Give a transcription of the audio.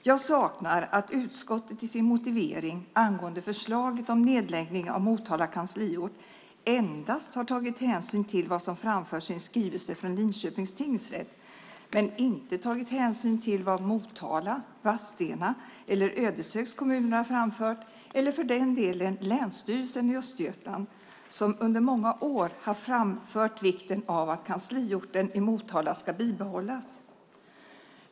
Jag saknar att utskottet i sin motivering angående förslaget om nedläggning av Motala kansliort endast tagit hänsyn till vad som framförs i en skrivelse från Linköpings tingsrätt men inte tagit hänsyn till vad Motala, Vadstena och Ödeshögs kommuner framfört, eller för den delen länsstyrelsen i Östergötland, som under många år framfört vikten av att kansliorten i Motala ska bibehållas.